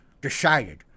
decided